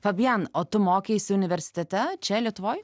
fabian o tu mokeisi universitete čia lietuvoj